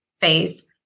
phase